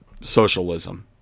socialism